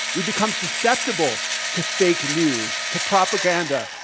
we become susceptible to fake news, to propaganda,